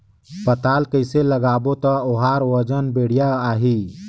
पातल कइसे लगाबो ता ओहार वजन बेडिया आही?